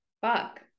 Fuck